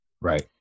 Right